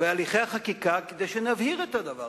בהליכי החקיקה, כדי שנבהיר את זה.